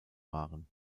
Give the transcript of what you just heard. waren